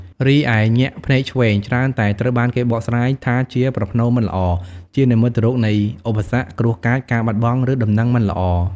រីឯ ញាក់ភ្នែកឆ្វេង ច្រើនតែត្រូវបានគេបកស្រាយថាជាប្រផ្នូល មិនល្អ ជានិមិត្តរូបនៃឧបសគ្គ គ្រោះកាច ការបាត់បង់ ឬដំណឹងមិនល្អ។